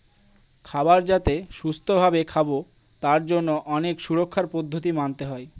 খাবার যাতে সুস্থ ভাবে খাবো তার জন্য অনেক সুরক্ষার পদ্ধতি মানতে হয়